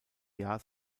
jahr